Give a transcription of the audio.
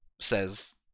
says